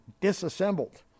disassembled